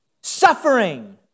Suffering